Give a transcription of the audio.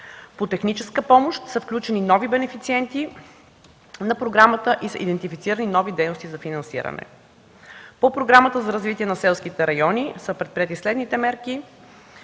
По „Техническа помощ” са включени нови бенефициенти на програмата и са идентифицирани нови дейности за финансиране. По Програмата за развитие на селските райони са предприети следните мерки: